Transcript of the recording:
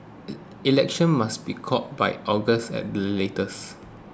elections must be called by August at the latest